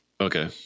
Okay